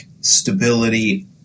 stability